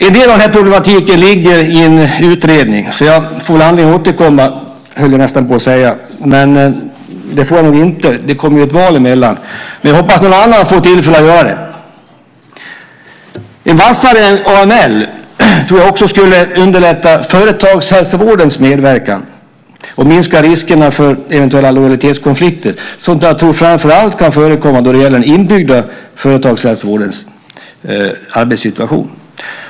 En del av den här problematiken ligger i en utredning, så jag får väl anledning att återkomma höll jag på att säga. Men det får jag nog inte. Det kommer ju ett val emellan. Men jag hoppas att någon annan får tillfälle att göra det. En vassare AML tror jag också skulle underlätta företagshälsovårdens medverkan och minska riskerna för eventuella lojalitetskonflikter, som framför allt kan förekomma då det gäller den inbyggda företagshälsovårdens arbetssituation.